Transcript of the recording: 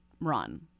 run